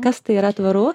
kas tai yra tvaru